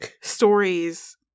stories